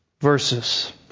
verses